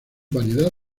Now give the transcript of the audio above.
variedad